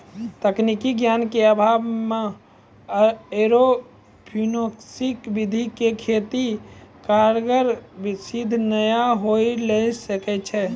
तकनीकी ज्ञान के अभाव मॅ एरोपोनिक्स विधि के खेती कारगर सिद्ध नाय होय ल सकै छो